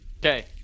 Okay